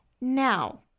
Now